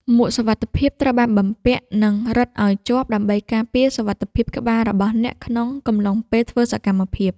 មួកសុវត្ថិភាពត្រូវបានបំពាក់ និងរឹតឱ្យជាប់ដើម្បីការពារសុវត្ថិភាពក្បាលរបស់អ្នកក្នុងកំឡុងពេលធ្វើសកម្មភាព។